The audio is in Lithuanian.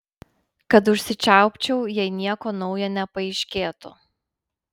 kad užsičiaupčiau jei nieko naujo nepaaiškėtų